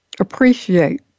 Appreciate